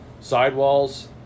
Sidewalls